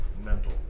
Mental